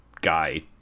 guy